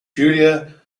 julia